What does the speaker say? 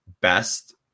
best